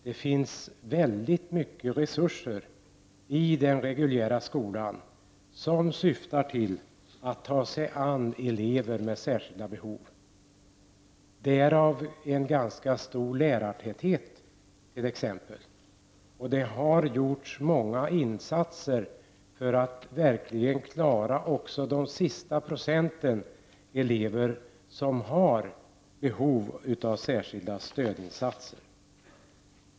Det finns väldigt mycket resurser i den reguljära skolan, vilka syftar till att ta sig an elever med särskilda behov, t.ex. en ganska stor lärartäthet. Det har gjorts många insatser för att verkligen klara också de sista procenten elever som har behov av särskilda stödinsatser.